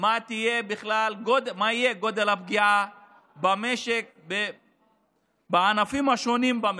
מה יהיה גודל הפגיעה במשק, בענפים השונים במשק,